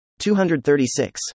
236